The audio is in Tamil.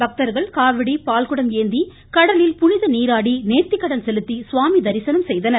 பக்தர்கள் காவடி பால்குடம் ஏந்தி கடலில் புனித நீராடி நேர்த்திக்கடன் செலுத்தி சுவாமி தரிசனம் செய்தனர்